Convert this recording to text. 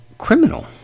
Criminal